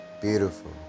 beautiful